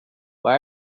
why